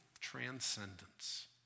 transcendence